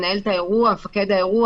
מפקד האירוע,